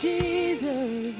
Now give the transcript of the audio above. Jesus